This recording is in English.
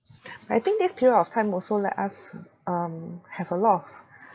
I think this period of time also let us um have a lot of